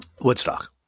Woodstock